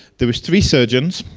there was three surgeons.